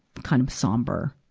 kind of somber.